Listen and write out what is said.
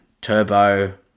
Turbo